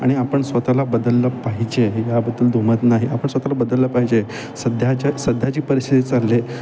आणि आपण स्वतःला बदललं पाहिजे ह्याबद्दल दो मत नाही आपण स्वतःला बदललं पाहिजे सध्याच्या सध्या जी परिस्थिती चालली आहे